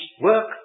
work